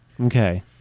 Okay